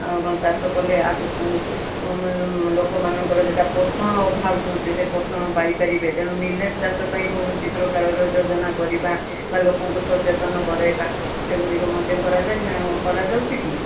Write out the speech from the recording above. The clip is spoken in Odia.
ଆଉ କଣ ଚାଷ କଲେ ଆଗକୁ ଲୋକମାନଙ୍କର ଯେଉଁଟା ପୋଷଣର ଅଭାବ ହେଉଛି ସେ ପୋଷଣ ପାଇପାରିବେ ତେଣୁ ମିଲେଟ୍ ଚାଷପାଇଁ କୌଣସି ପ୍ରକାରର ଯୋଜନା କରିବା ବା ଲୋକଙ୍କୁ ସଚେତନ କରାଇବା ଏଗୁଡ଼ିକ ମଧ୍ୟ କରାଯାଉଛି କି